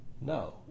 No